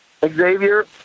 Xavier